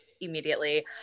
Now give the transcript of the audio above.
immediately